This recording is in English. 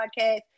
podcast